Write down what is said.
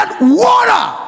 water